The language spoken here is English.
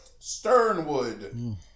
Sternwood